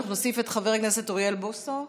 אנחנו נוסיף את חבר הכנסת אוריאל בוסו,